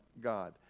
God